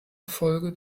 erfolge